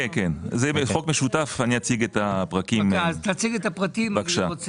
אציג את הפרקים.